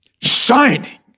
Shining